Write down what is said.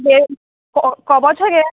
যে ক ক বছর গ্যা